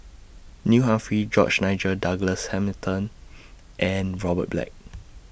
Neil Humphreys George Nigel Douglas Hamilton and Robert Black